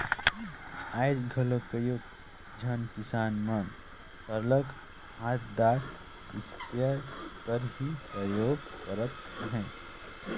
आएज घलो कइयो झन किसान मन सरलग हांथदार इस्पेयर कर ही परयोग करत अहें